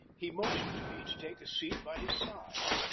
he motioned to me to take a seat by his side.